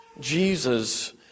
Jesus